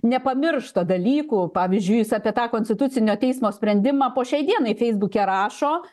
nepamiršta dalykų pavyzdžiui jis apie tą konstitucinio teismo sprendimą po šiai dienai feisbuke rašo